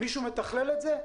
מישהו מתכלל את זה?